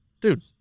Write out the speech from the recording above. dude